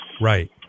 Right